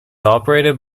operated